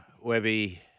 Webby